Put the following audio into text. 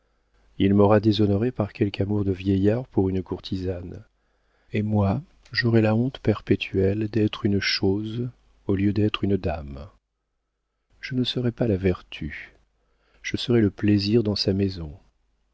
il m'aura déshonorée par quelque amour de vieillard pour une courtisane et moi j'aurai la honte perpétuelle d'être une chose au lieu d'être une dame je ne serai pas la vertu je serai le plaisir dans sa maison